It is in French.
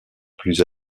plus